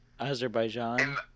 Azerbaijan